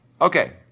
Okay